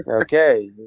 Okay